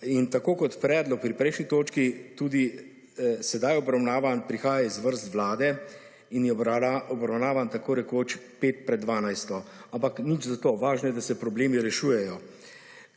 In tako kot predlog pri prejšnji točki, tudi sedaj obravnava in prihaja iz vrst Vlade in je obravnavan takorekoč pet pred dvanajsto, ampak nič za to, važno je, da se problemi rešujejo.